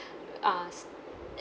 us